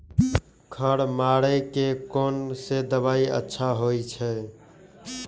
खर मारे के कोन से दवाई अच्छा होय छे?